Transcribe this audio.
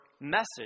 message